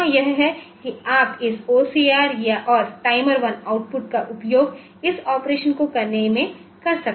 तो यहाँ यह है कि आप इस OCR और टाइमर 1 आउटपुट का उपयोग इस ऑपरेशन को करने में कर सकते हैं